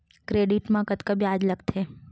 Credit मा कतका ब्याज लगथे?